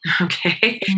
Okay